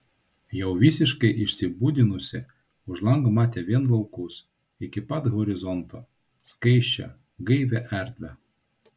jau visiškai išsibudinusi už lango matė vien laukus iki pat horizonto skaisčią gaivią erdvę